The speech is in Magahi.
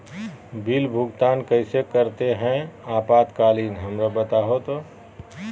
बिल भुगतान कैसे करते हैं आपातकालीन हमरा बताओ तो?